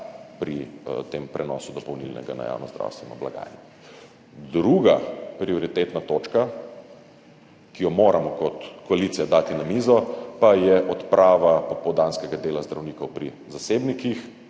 pri tem prenosu dopolnilnega na javno zdravstveno blagajno. Druga prioritetna točka, ki jo moramo kot koalicija dati na mizo, pa je odprava popoldanskega dela zdravnikov pri zasebnikih